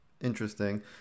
Interesting